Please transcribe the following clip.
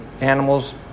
animals